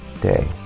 day